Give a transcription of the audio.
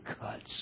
cuts